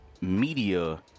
Media